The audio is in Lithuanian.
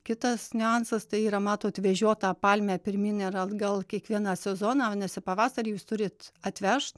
kitas niuansas tai yra matot vežiot tą palmę pirmyn ir atgal kiekvieną sezoną nes į pavasarį jūs turit atvežt